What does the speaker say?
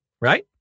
Right